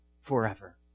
forever